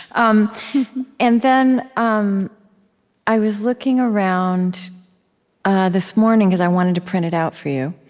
um and then um i was looking around this morning, because i wanted to print it out for you,